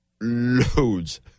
loads